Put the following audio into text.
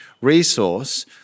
resource